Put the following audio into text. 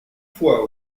fois